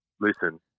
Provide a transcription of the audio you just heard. listen